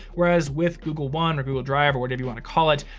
whereas with google one or google drive, or whatever you wanna call it,